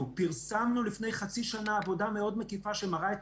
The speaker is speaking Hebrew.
פרסמנו לפי חצי שנה עבודה מאוד מקיפה שמראה את